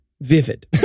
Vivid